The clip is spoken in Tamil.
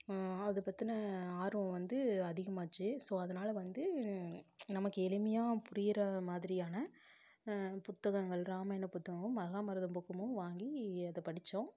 அதை பத்தின ஆர்வம் வந்து அதிகமாச்சு ஸோ அதனால் வந்து நமக்கு எளிமையாக புரிகிற மாதிரியான புத்தகங்கள் இராமாயண புத்தகம் மகாபாரத புக்குமும் வாங்கி அதை படித்தோம்